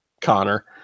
Connor